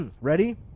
Ready